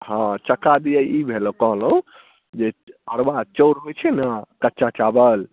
हँ चक्का दिअ ई भेल कहलहुँ जे अरबा चाउर होय छै ने कच्चा चावल